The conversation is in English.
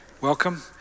welcome